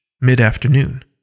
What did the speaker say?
Mid-afternoon